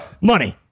Money